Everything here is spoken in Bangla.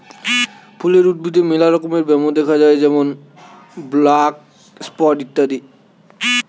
ফুলের উদ্ভিদে মেলা রমকার ব্যামো দ্যাখা যায় যেমন ব্ল্যাক স্পট ইত্যাদি